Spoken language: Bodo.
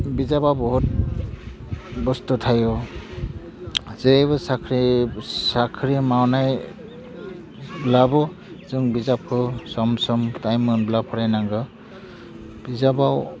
बिजाबा बहुद बस्थु थायो जेरैबो साख्रि साख्रि मावनायब्लाबो जों बिजाबखौ सम सम टाइम मोनब्ला फरायनांगौ बिजाबाव